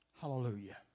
Hallelujah